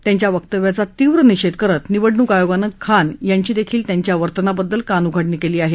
त्यांच्या वक्तव्याचा तीव्र निषेध करत निवडणूक आयोगानं खान यांची देखील त्यांच्या वर्तनाबद्दल कानउघाडणी केली आहे